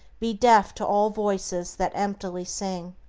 be deaf to all voices that emptily sing.